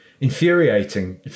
infuriating